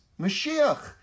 Mashiach